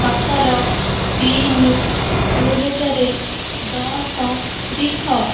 ସତର ତିନି ଦୁଇ ହଜାର ଦଶ ରିଖ